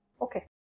Okay